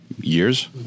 years